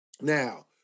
Now